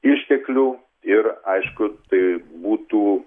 išteklių ir aišku tai būtų